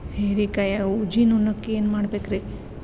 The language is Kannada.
ಹೇರಿಕಾಯಾಗ ಊಜಿ ನೋಣಕ್ಕ ಏನ್ ಮಾಡಬೇಕ್ರೇ?